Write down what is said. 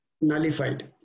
nullified